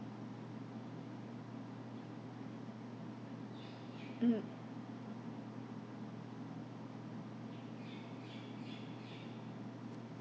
mm